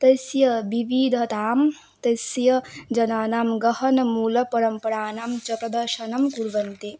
तस्य विविधतां तस्य जनानां गहनमूलपरम्पराणां च प्रदर्शनं कुर्वन्ति